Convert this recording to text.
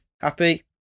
Happy